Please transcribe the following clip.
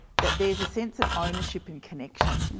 that there is a sense of ownership and connection.